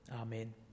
Amen